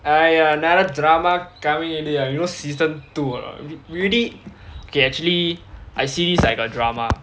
!aiya! another drama coming already lah you know season two or not we we already okay actually I see this I got drama